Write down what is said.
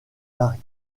paris